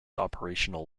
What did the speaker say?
operational